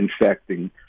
infecting